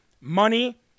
money